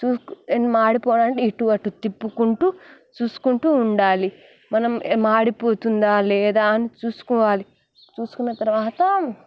చూసు మాడిపో ఇటు అటు తిప్పుకుంటూ చూసుకుంటూ ఉండాలి మనం మాడిపోతుందా లేదా అని చూసుకోవాలి చూసుకున్న తరువాత